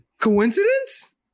Coincidence